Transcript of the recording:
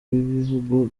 w’ibihugu